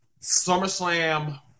SummerSlam